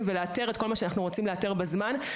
ולאתר כל מה שאנחנו רוצים לאתר בזמן.